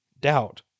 doubt